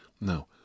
No